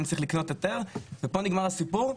אני צריך לקנות היתר ופה נגמר הסיפור.